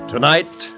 Tonight